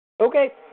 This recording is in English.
Okay